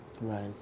right